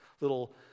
little